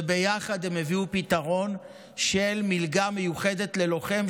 וביחד הם הביאו פתרון של מלגה מיוחדת ללוחם,